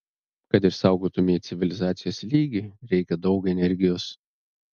kad išsaugotumei civilizacijos lygį reikia daug energijos